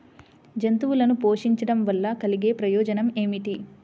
జంతువులను పోషించడం వల్ల కలిగే ప్రయోజనం ఏమిటీ?